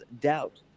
doubt